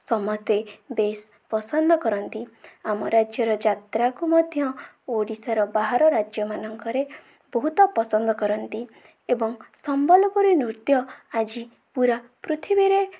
ସମସ୍ତେ ବେଶ ପସନ୍ଦକରନ୍ତି ଆମ ରାଜ୍ୟର ଯାତ୍ରାକୁ ମଧ୍ୟ ଓଡ଼ିଶାର ବାହାର ରାଜ୍ୟମାନଙ୍କରେ ବହୁତ ପସନ୍ଦକରନ୍ତି ଏବଂ ସମ୍ବଲପୁରୀ ନୃତ୍ୟ ଆଜି ପୁରା ପୃଥିବୀରେ